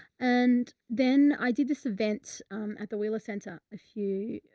and then i did this event at the wheeler center. a few,